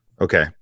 Okay